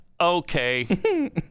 Okay